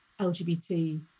LGBT